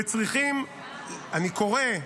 וצריכים, אני קורא,